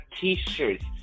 t-shirts